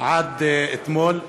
עד אתמול,